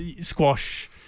squash